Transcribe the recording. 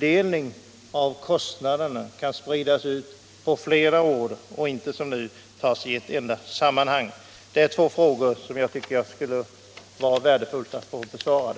till att kostnaderna får spridas ut på flera år och inte som nu måste betalas i ett enda sammanhang? — Det är två frågor som jag tycker det skulle vara värdefullt att få besvarade.